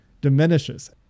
diminishes